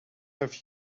have